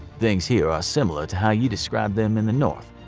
things here are similar to how you described them in the north.